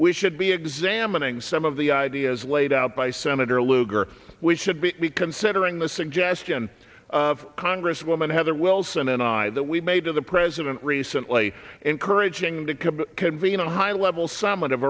we should be examining some of the ideas laid out by senator lugar we should be considering the suggestion of congresswoman heather wilson and i that we made to the president recently encouraging him to come to convene a high level somewhat of